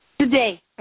Today